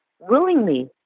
willingly